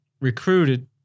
recruited